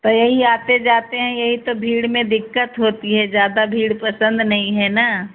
तो यही आते जाते हैं यही तो भीड़ में दिक्कत होती है ज़्यादा भीड़ पसन्द नहीं है ना